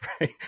right